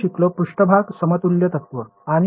आपण शिकलो पृष्ठभाग समतुल्य तत्त्व आणि